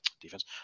defense